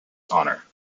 honour